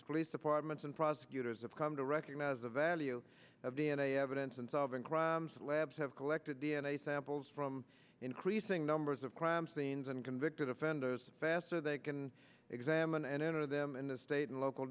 split departments and prosecutors have come to recognize the value of d n a evidence in solving crimes labs have collected d n a samples from increasing numbers of crime scenes and convicted offenders faster they can examine and enter them in the state and local